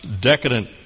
decadent